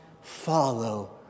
follow